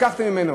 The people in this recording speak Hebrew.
בטעות מוחלטת.